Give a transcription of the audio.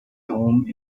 home